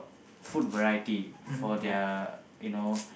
food variety for their you know